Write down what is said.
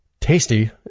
tasty